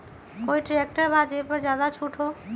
कोइ ट्रैक्टर बा जे पर ज्यादा छूट हो?